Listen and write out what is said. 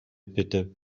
bitte